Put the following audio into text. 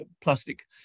plastic